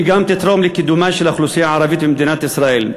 שגם תתרום לקידום האוכלוסייה הערבית במדינת ישראל.